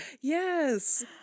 yes